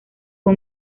fue